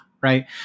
right